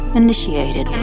initiated